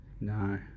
No